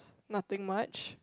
nothing much